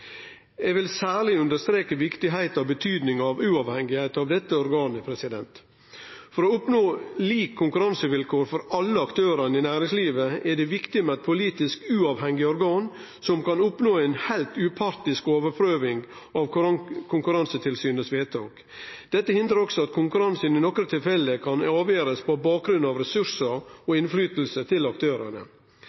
Eg vil særleg understreke kor viktig og kor stor betyding uavhengigheita til dette organet er. For å oppnå like konkurransevilkår for alle aktørane i næringslivet er det viktig med eit politisk uavhengig organ som kan oppnå ei heilt upartisk overprøving av Konkurransetilsynets vedtak. Dette hindrar også at konkurransen i nokre tilfelle kan bli avgjort på bakgrunn av ressursane og innflytelsene til aktørane.